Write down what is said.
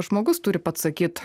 žmogus turi pats sakyt